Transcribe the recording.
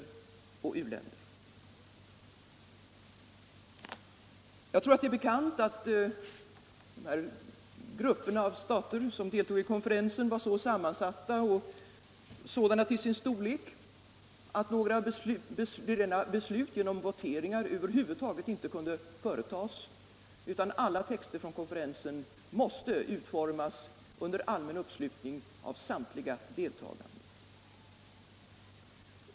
Jag tror att det är bekant att de här grupperna av stater som deltog i konferensen var så sammansatta och sådana till sin storlek att några rena beslut genom voteringar över huvud taget inte kunde företas, utan alla texter från konferensen måste utformas under allmän uppslutning av samtliga deltagande.